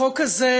החוק הזה,